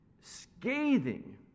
scathing